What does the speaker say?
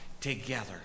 together